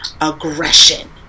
Aggression